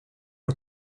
och